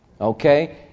okay